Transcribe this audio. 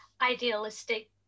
idealistic